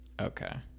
Okay